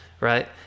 right